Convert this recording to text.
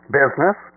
business